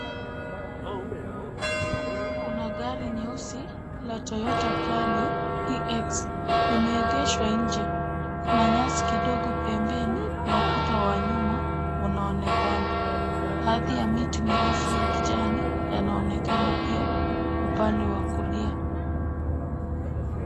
Kuna gari nyeusi la toyota prado tx, limeegeshwa nje. Kuna nyasi kidogo pembeni na ukuta wa nyuma unaonekana. Baadhi ya miti mirefu ya kijani yanaonekana pia upande wa kulia.